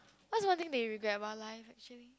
what's one thing that you regret about life actually